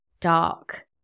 dark